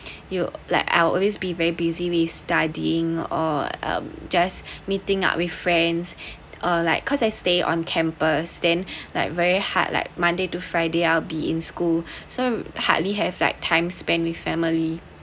you like I'll always be very busy with studying or um just meeting up with friends or like cause I stay on campus then like very hard like monday to friday I'll be in school so hardly have like time spent with family